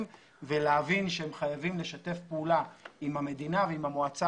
ולהבין שהם חייבים לשתף פעולה עם המדינה ועם המועצה